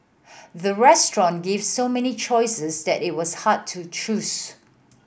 the restaurant gave so many choices that it was hard to choose